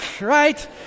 right